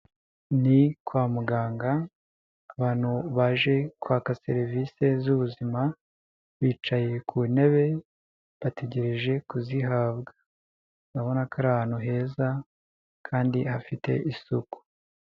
Ni kwa muganga, abantu baje kwaka serivise z'ubuzima, bicaye ku ntebe bategereje kuzihabwa, urabona ko ari ahantu heza kandi hafite isuku.